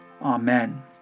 Amen